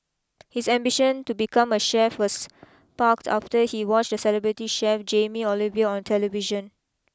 his ambition to become a chef was sparked after he watched celebrity chef Jamie Oliver on television